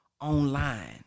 online